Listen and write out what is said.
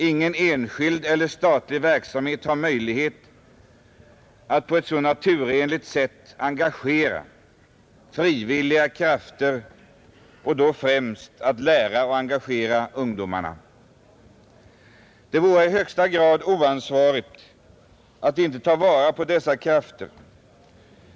Ingen enskild eller statlig verksamhet har möjlighet att på ett så naturligt sätt engagera frivilliga krafter, och då främst att lära och engagera ungdomarna. Det vore i högsta grad oansvarigt att inte ta vara på dessa krafter.